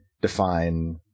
define